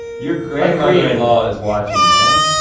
your grandmother-in-law is watching, man.